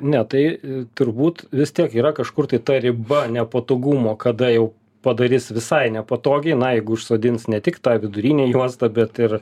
ne tai turbūt vis tiek yra kažkur tai ta riba nepatogumo kada jau padarys visai nepatogiai na jeigu užsodins ne tik tą vidurinę juostą bet ir